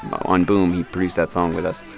on boom, he produced that song with us.